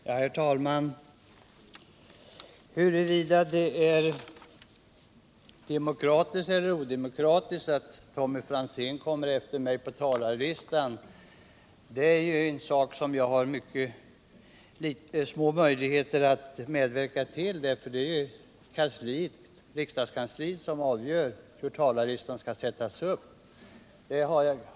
Herr talman! Huruvida det är demokratiskt eller odemokratiskt att Tommy Franzén kommer efter mig på talarlistan kan ju diskuteras. Men talarlistan är en sak som jag har mycket små möjligheter att påverka, eftersom det är kammarkansliet som avgör hur den skall ställas upp.